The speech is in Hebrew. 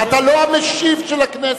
אתה לא המשיב של הכנסת.